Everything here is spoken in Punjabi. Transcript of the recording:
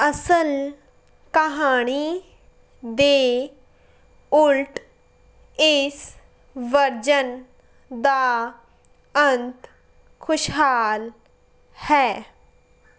ਅਸਲ ਕਹਾਣੀ ਦੇ ਉਲਟ ਇਸ ਵਰਜਨ ਦਾ ਅੰਤ ਖੁਸ਼ਹਾਲ ਹੈ